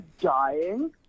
dying